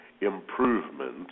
improvement